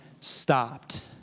stopped